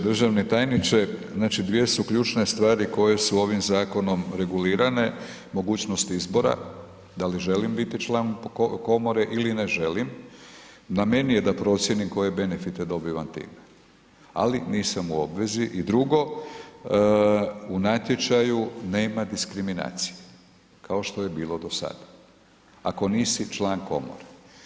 Državni tajniče, znači dvije su ključne stvari koje su ovim zakonom regulirane, mogućnost izbora, da li želim biti član komore ili ne želim, na meni je da procijenim koje benefite dobivam time ali nisam u obvezi i drugo, u natječaju nema diskriminacije kao što je bilo do sada ako nisi član komore.